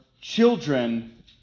children